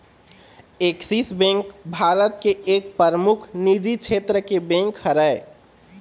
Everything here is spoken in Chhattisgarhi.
ऐक्सिस बेंक भारत के एक परमुख निजी छेत्र के बेंक हरय